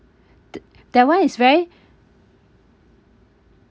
the that one is very